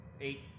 eight